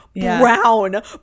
Brown